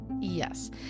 Yes